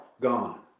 gone